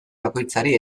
bakoitzari